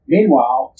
Meanwhile